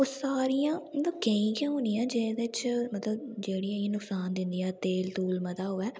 ओह् सारियां मतलब केईं गै होनियां जेह्दे च मतलब जेह्ड़ियां मतलब नुकसान दिंदियां तेल तूल मता होऐ